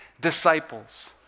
disciples